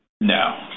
No